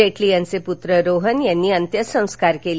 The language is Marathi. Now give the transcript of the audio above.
जेटली यांचे पुत्र रोहन यांनी अंत्यसंस्कार केले